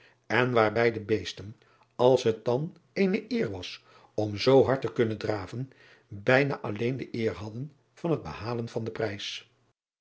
en waarbij de beesten als het dan eene eer was om zoo hard te kunnen draven bijna alleen de eer hadden van het behalen van den prijs